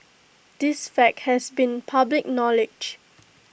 this fact has been public knowledge